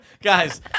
Guys